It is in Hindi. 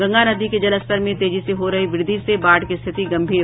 गंगा नदी के जलस्तर में तेजी से हो रही वृद्धि से बाढ़ की स्थिति गम्भीर